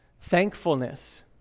thankfulness